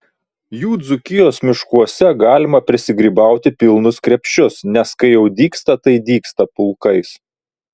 jų dzūkijos miškuose galima prisigrybauti pilnus krepšius nes kai jau dygsta tai dygsta pulkais